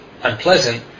unpleasant